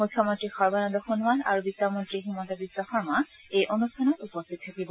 মুখ্যমন্ত্ৰী সৰ্বানন্দ সোণোৱাল আৰু বিত্তমন্ত্ৰী হিমন্ত বিশ্ব শৰ্মা এই অনুষ্ঠানত উপস্থিত থাকিব